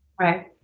right